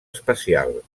espacial